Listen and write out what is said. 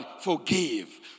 forgive